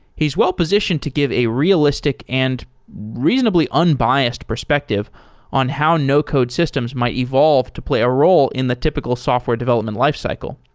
he's well-positioned to give a realistic and reasonably unbiased perspective on how no code systems might evolve to play a role in the typical software development lifecycle.